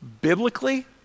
biblically